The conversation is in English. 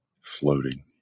floating